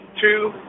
two